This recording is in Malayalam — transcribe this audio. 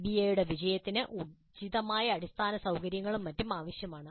പിബിഐയുടെ വിജയത്തിന് ഉചിതമായ അടിസ്ഥാന സൌകര്യങ്ങളും ആവശ്യമാണ്